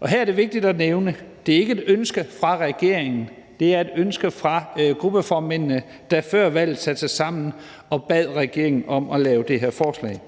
Og her er det vigtigt at nævne, at det ikke er et ønske fra regeringen, det er et ønske fra gruppeformændene, der før valget satte sig sammen og bad regeringen om at lave det her forslag.